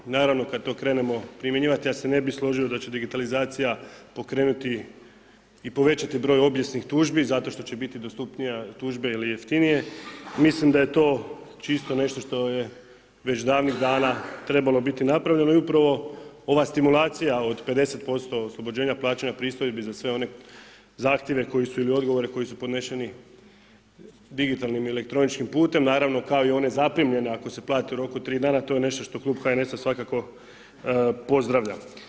Naravno, kad to krenemo primjenjivati, ja se ne bi složio da će digitalizacija pokrenuti i povećati broj obijesnih tužbi zato što će biti dostupnije tužbe ili jeftinije, mislim da je to čisto nešto je već davnih dana trebalo biti napravljeno i upravo ova stimulacija od 50% oslobođenja plaćanja pristojbi za sve one zahtjeve ili odgovore koji su podneseni digitalnom ili elektroničnim putem, naravno kao i one zaprimljene ako se plate u roku 3 dana, to je nešto što klub HNS-a svakako pozdravlja.